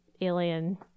alien